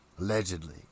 Allegedly